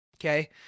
Okay